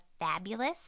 fabulous